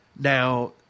Now